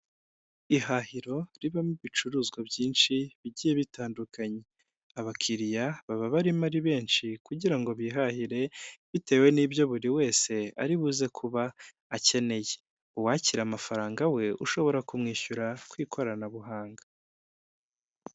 Ihahiro ribamo ibicuruzwa byinshi bigiye bitandukanye, abakiriya baba barimo ari benshi kugira ngo bihahire bitewe n'ibyo buri wese aribuze kuba akeneye, uwakira amafaranga we ushobora kumwishyura ku ikoranabuhanga.